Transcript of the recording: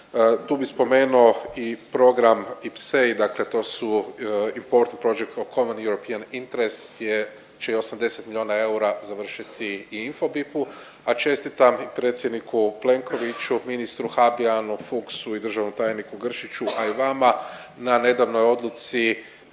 Tu bi spomenuo i Program IPCEI, dakle to su Important project of Common European Interest gdje će 80 milijuna eura završiti u Infobipu, a čestitam i predsjedniku Plenkoviću, ministru Habijanu, Fucksu i državnom tajniku Gršiću, a i vama na nedavnoj odluci